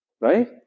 Right